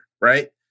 right